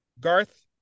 Garth